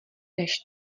než